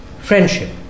Friendship